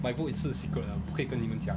my vote is 是 secret 不可以跟你们讲